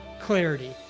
clarity